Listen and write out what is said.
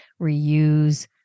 reuse